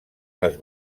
les